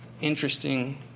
interesting